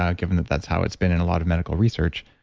ah given that that's how it's been in a lot of medical research,